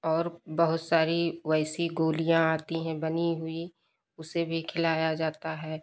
और बहुत सारी वैसी गोलियाँ आती हैं बनी हुई उसे भी खिलाया जाता है